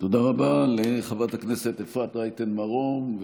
תודה רבה לחברת הכנסת אפרת רייטן מרום,